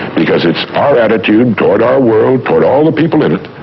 because it's our attitude toward our world, toward all the people in it,